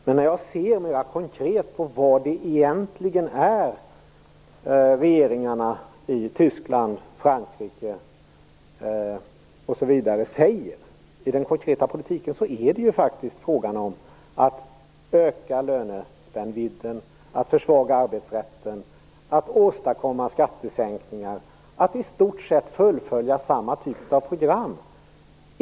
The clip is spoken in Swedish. Men när jag mer konkret ser på vad det egentligen är regeringarna i Tyskland, Frankrike osv. säger i den konkreta politiken är det faktiskt fråga om att öka lönespännvidden, att försvaga arbetsrätten, att åstadkomma skattesänkning och att i stort sett fullfölja samma typ av program.